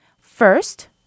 First